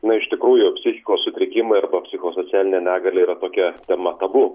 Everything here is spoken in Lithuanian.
na iš tikrųjų psichikos sutrikimai arba psichosocialinė negalia yra tokia tema tabu